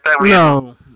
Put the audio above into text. No